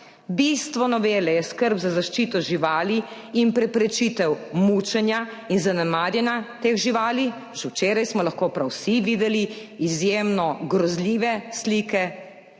Bistvo novele je skrb za zaščito živali in preprečitev mučenja in zanemarjanja teh živali. Že včeraj smo lahko prav vsi videli izjemno grozljive slike,